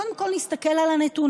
קודם כול, נסתכל על הנתונים: